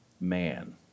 man